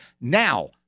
Now